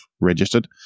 registered